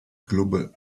club